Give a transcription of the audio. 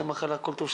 הכול טוב,